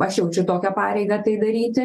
aš jaučiu tokią pareigą tai daryti